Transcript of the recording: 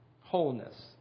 Wholeness